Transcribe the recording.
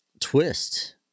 twist